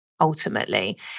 ultimately